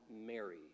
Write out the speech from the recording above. Mary